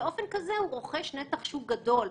באופן כזה הוא רוכש נתח שוק גדול.